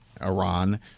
Iran